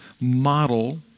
model